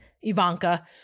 Ivanka